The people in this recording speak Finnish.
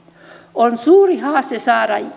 on suuri haaste saada